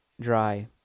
dry